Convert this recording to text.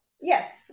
Yes